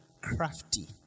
crafty